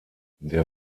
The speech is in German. der